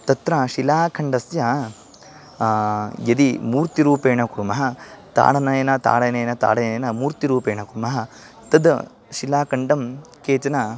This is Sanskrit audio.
तत्र शिलाखण्डस्य यदि मूर्तिरूपेण कुर्मः ताडनेन ताडनेन ताडनेन मूर्तिरूपेण कुर्मः तद् शिलाखण्डं केचन